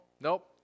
nope